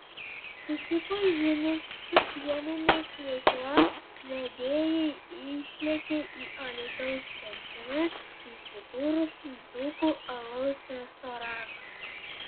susipažinus su pieninės veikla vedėjai išlėkė į alytaus centre įsikūrusį dzūkų alaus restoraną